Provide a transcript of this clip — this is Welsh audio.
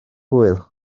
hwyl